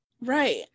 Right